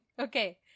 Okay